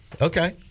Okay